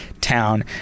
town